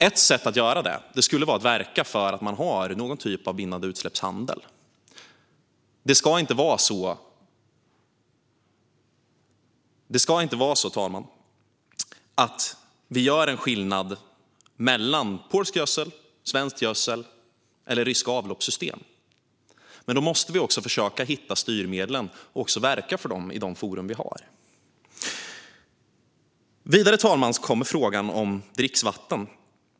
Ett sätt att göra detta skulle vara att verka för att ha någon typ av bindande utsläppshandel. Det ska inte vara så att vi gör skillnad mellan polsk gödsel, svensk gödsel och ryska avloppssystem, men då måste vi försöka hitta styrmedlen och verka för dessa i de forum vi har. Vidare, fru talman, kommer frågan om dricksvatten.